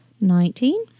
Nineteen